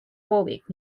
warwick